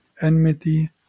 enmity